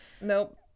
Nope